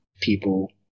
people